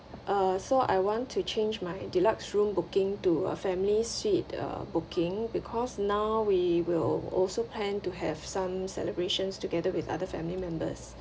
uh so I want to change my deluxe room booking to a family suite uh booking because now we will also planned to have some celebrations together with other family members